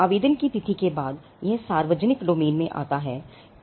आवेदन की तिथि के बाद यह सार्वजनिक डोमेनमें आता है